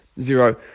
zero